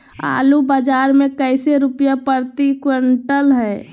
आलू बाजार मे कैसे रुपए प्रति क्विंटल है?